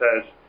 says